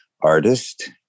artist